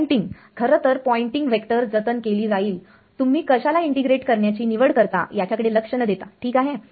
Poynting खरंतर Poynting vector जतन केली जाईल तुम्ही कशाला इंटिग्रेट करण्याची निवड करता त्याच्याकडे लक्ष न देता ठीक आहे